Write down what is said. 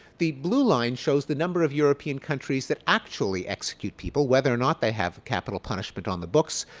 the blue line shows the number of european countries that actually execute people whether or not they have capital punishment on the books.